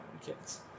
kids